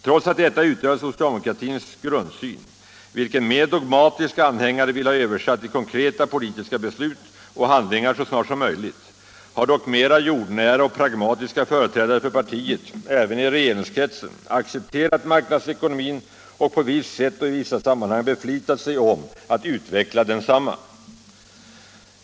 Trots att detta utgör socialdemokratins grundsyn, vilken mer dogmatiska anhängare vill ha översatt i konkreta politiska beslut och handlingar så snart som möjligt, har dock mer jordnära och pragmatiska företrädare för partiet — även i regeringskretsen — accepterat marknadsekonomin och på visst sätt och i vissa sammanhang beflitat sig om att utveckla densamma.